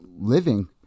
living